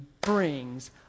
brings